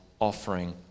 offering